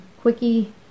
quickie